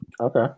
Okay